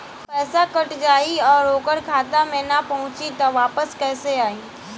पईसा कट जाई और ओकर खाता मे ना पहुंची त वापस कैसे आई?